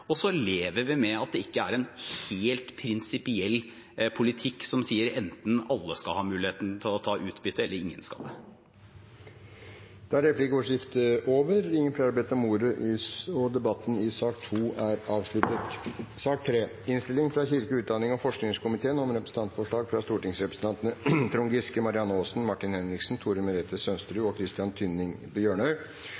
lever vi med at det ikke er en helt prinsipiell politikk som sier at enten skal alle ha mulighet til å ta utbytte, eller så skal ingen l ha det. Replikkordskiftet er omme. Flere har ikke bedt om ordet til sak nr. 2. Etter ønske fra kirke-, utdannings- og forskningskomiteen